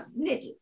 snitches